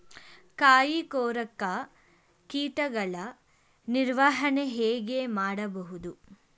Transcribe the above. ಕಾಯಿ ಕೊರಕ ಕೀಟಗಳ ನಿರ್ವಹಣೆ ಹೇಗೆ ಮಾಡಬಹುದು?